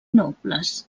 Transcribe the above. nobles